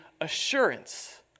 assurance